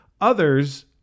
Others